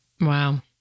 Wow